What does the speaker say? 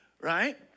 right